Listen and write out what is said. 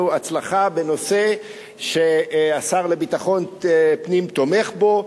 הצלחה בנושא שהשר לביטחון פנים תומך בו,